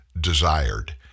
desired